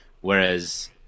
Whereas